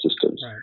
systems